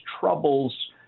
troubles